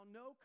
no